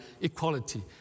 equality